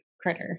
critter